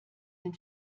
den